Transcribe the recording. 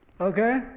Okay